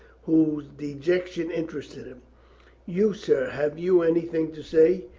whose de jection interested him you, sir, have you any thing to say?